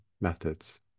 methods